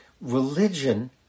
religion